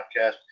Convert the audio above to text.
podcast